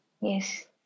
Yes